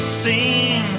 seem